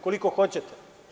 Koliko hoćete.